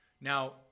Now